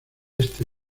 este